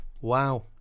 Wow